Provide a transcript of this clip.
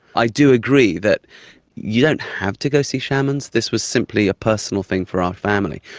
i do agree that you don't have to go see shamans, this was simply a personal thing for our family,